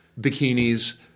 bikinis